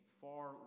far